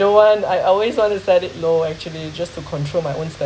don't want I always want to set it low actually just to control my own spending